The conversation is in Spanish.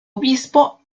obispo